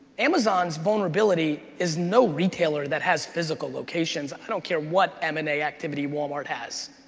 amazon's vulnerability is no retailer that has physical locations. i don't care what m and a activity walmart has,